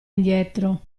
indietro